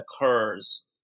occurs